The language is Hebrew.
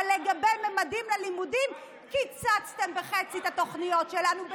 אבל לגבי ממדים ללימודים קיצצתם בחצי את התוכניות שלנו,